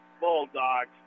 Bulldogs